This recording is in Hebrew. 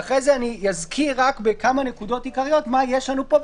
ואחרי זה אני אזכיר רק בכמה נקודות עיקריות מה יש לנו פה,